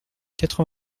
quatre